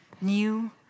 New